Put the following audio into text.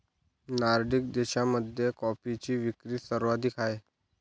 Nordic देशांमध्ये कॉफीची विक्री सर्वाधिक आहे